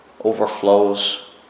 overflows